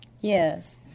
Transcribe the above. Yes